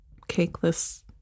cakeless